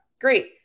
Great